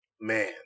man